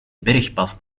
bergpas